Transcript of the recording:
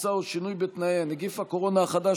טיסה או שינוי בתנאיה) (נגיף הקורונה החדש,